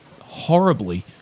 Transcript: horribly